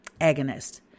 agonist